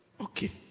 okay